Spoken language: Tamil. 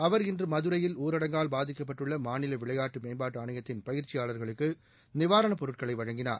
அவர் இன்று மதுரையில் ஊரடங்கால் பாதிக்கப்பட்டுள்ள மாநில விளையாட்டு மேம்பாட்டு ஆணையத்தின் பயிற்சியாளங்களுக்கு நிவாரணப் பொருட்களை வழங்கினார்